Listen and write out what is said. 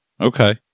Okay